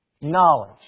knowledge